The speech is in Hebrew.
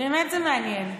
באמת זה מעניין.